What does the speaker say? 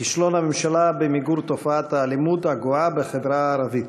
כישלון הממשלה במיגור תופעת האלימות הגואה בחברה הערבית.